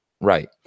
Right